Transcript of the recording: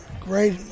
Great